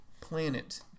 planet